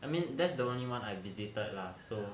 I mean that's the only one I visited lah so